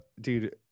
dude